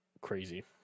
crazy